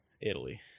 Italy